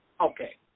Okay